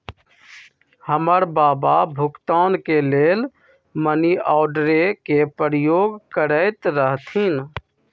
हमर बबा भुगतान के लेल मनीआर्डरे के प्रयोग करैत रहथिन